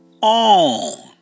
On